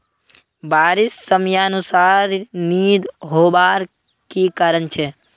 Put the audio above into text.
बारिश समयानुसार नी होबार की कारण छे?